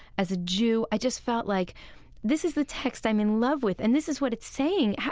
as a jew, i just felt like this is the text i'm in love with and this is what it's saying.